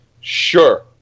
Sure